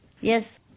Yes